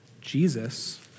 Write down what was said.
Jesus